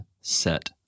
set